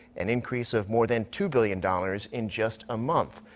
an increase of more than two billion dollars in just a month.